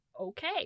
Okay